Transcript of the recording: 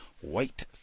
white